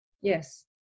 yes